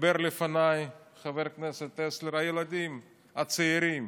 דיבר לפניי חבר הכנסת טסלר, הילדים, הצעירים.